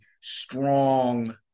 strong